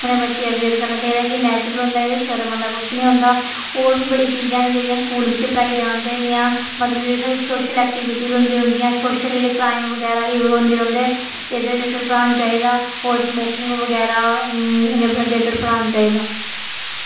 उ'ने बच्चें अवेयर करना चाहिदा कि नैचुरल होंदा एह्दे च शर्म आह्ला किश नि होंदा और बी बड़ी चीजां न जेह्ड़ियां स्कूल बिच पढ़ाई जान चाहिदियां मतलब जेह्ड़ी साढ़ी सोशल एक्टिविटियां होंदी रौंह्दियां सोशल जेह्ड़े क्राइम बगैरा एह् होंदी रौंह्दे एह्दे रिलेटड पढ़ान चाहिदा और स्मोकिंग बगैरा रिलेटड पढ़ाना चाहिदा